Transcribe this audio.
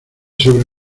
sobre